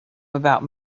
about